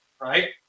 right